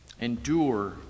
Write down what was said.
endure